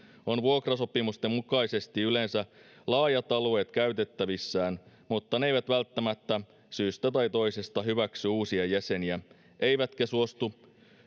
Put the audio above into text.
on vuokrasopimusten mukaisesti yleensä laajat alueet käytettävissään mutta ne eivät välttämättä syystä tai toisesta hyväksy uusia jäseniä eivätkä suostu